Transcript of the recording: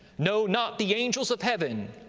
no, not the angels of heaven,